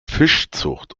fischzucht